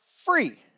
free